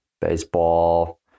baseball